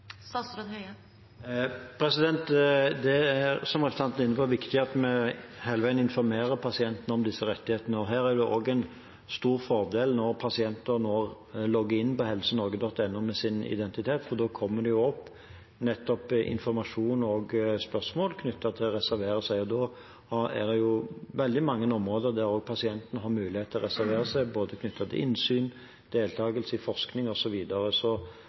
er inne på, er det viktig at vi hele veien informerer pasientene om disse rettighetene. Her er det også en stor fordel at pasienter nå logger inn på helsenorge.no med sin identitet, for da kommer nettopp informasjon og spørsmål knyttet til å reservere seg opp. Da er det veldig mange områder der pasientene har mulighet til å reservere seg knyttet til innsyn, deltakelse i forskning osv. Så